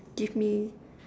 give me